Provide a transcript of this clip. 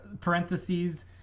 parentheses